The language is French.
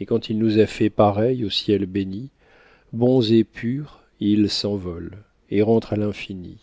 et quand il nous a faits pareils au ciel béni bons et purs il s'envole et rentre à l'infini